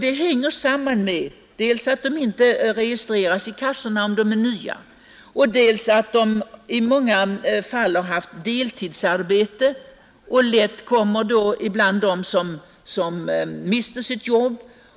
Detta sammanhänger dels med att de inte registreras i kassorna om de är nya, dels med att de i mårga fall haft deltidsarbete och lätt hamnar bland dem som mister sitt jobb.